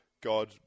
God